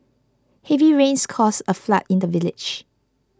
heavy rains caused a flood in the village